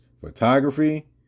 Photography